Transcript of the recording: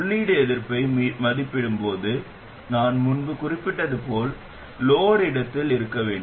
உள்ளீடு எதிர்ப்பை மதிப்பிடும் போது நான் முன்பு குறிப்பிட்டது போல் லோட் இடத்தில் இருக்க வேண்டும்